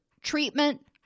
treatment